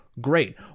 great